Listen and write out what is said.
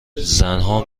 زنها